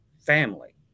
family